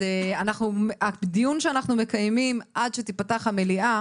הדיון שאנחנו מקיימים עד שתיפתח המליאה